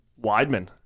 Weidman